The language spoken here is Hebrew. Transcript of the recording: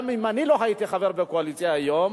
גם אם אני לא הייתי חבר בקואליציה היום,